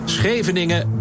Scheveningen